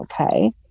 okay